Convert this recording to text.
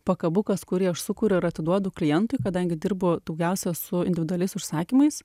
pakabukas kurį aš sukūriu ir atiduodu klientui kadangi dirbu daugiausiai su individualiais užsakymais